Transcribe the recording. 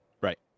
Right